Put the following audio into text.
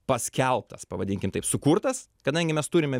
paskelbtas pavadinkim taip sukurtas kadangi mes turime